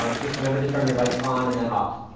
um just remember to turn your mics on and then off.